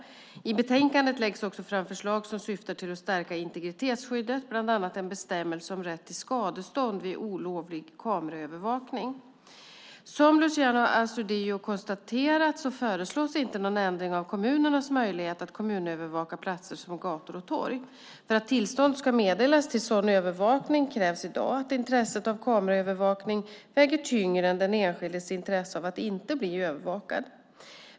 I betänkandet läggs också fram förslag som syftar till att stärka integritetsskyddet, bland annat en bestämmelse om rätt till skadestånd vid olaglig kameraövervakning. Som Luciano Astudillo konstaterat föreslås inte någon ändring av kommunernas möjlighet att kameraövervaka platser som gator och torg. För att tillstånd ska meddelas till sådan övervakning krävs för närvarande att intresset av kameraövervakning väger tyngre än den enskildes intresse av att inte bli övervakad.